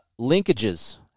Linkages